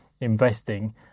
investing